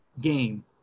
game